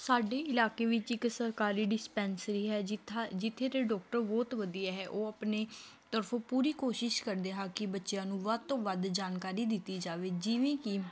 ਸਾਡੇ ਇਲਾਕੇ ਵਿੱਚ ਇੱਕ ਸਰਕਾਰੀ ਡਿਸਪੈਂਸਰੀ ਹੈ ਜਿੱਥਾ ਜਿੱਥੇ ਦੇ ਡਾਕਟਰ ਬਹੁਤ ਵਧੀਆ ਹੈ ਉਹ ਆਪਣੇ ਤਰਫੋਂ ਪੂਰੀ ਕੋਸ਼ਿਸ਼ ਕਰਦੇ ਹਾ ਕਿ ਬੱਚਿਆਂ ਨੂੰ ਵੱਧ ਤੋਂ ਵੱਧ ਜਾਣਕਾਰੀ ਦਿੱਤੀ ਜਾਵੇ ਜਿਵੇਂ ਕਿ